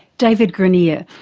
david granirer,